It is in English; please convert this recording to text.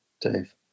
Dave